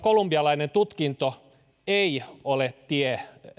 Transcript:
kolumbialainen tutkinto ei ole tie